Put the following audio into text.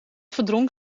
verdrong